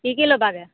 কি কি ল'বাগৈ